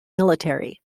military